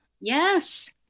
Yes